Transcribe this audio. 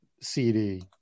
CD